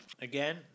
again